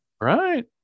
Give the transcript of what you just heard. Right